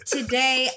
Today